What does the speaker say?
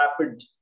rapid